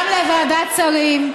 גם לוועדת שרים.